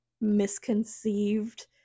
misconceived